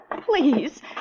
please